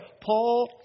Paul